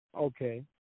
Okay